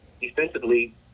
defensively